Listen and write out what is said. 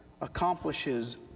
accomplishes